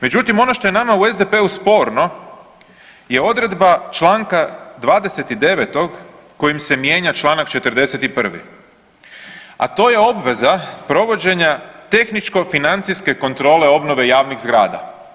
Međutim, ono što je nama u SDP-u sporno je odredba čl. 29. kojim se mijenja čl. 41., a to je obveza provođenja tehničko financijske kontrole obnove javnih zgrada.